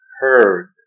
heard